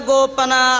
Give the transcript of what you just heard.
Gopana